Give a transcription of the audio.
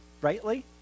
rightly